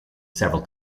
several